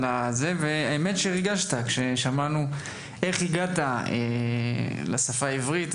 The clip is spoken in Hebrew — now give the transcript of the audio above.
מרגש לשמוע איך הגעת לשפה העברית.